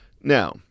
Now